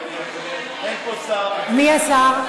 מי השר?